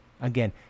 Again